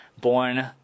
born